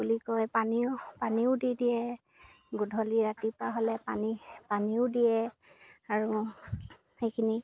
বুলি কয় পানীও দি দিয়ে গধূলি ৰাতিপুৱা হ'লে পানী পানীও দিয়ে আৰু সেইখিনি